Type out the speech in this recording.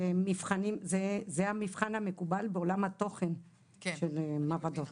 זה המבחן המקובל בעולם התוכן של מעבדות,